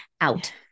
out